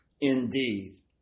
indeed